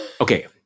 Okay